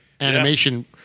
animation